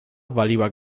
waliła